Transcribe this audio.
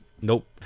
nope